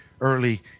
early